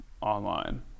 online